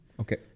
okay